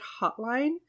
hotline